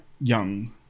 young